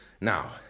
Now